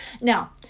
Now